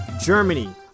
Germany